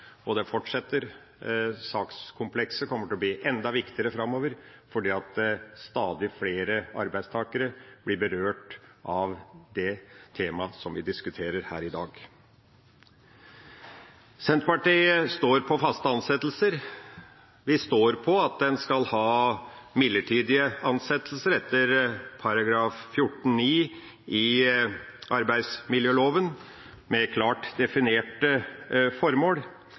og det fortsetter. Sakskomplekset kommer til å bli enda viktigere framover, for stadig flere arbeidstakere blir berørt av det temaet som vi diskuterer her i dag. Senterpartiet står på faste ansettelser. Vi står på at en skal ha midlertidige ansettelser etter § 14-9 i arbeidsmiljøloven, med klart definerte formål.